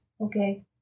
Okay